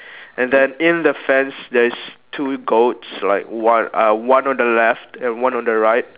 and then in the fence there's two goats like one uh one on the left and one on the right